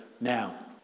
now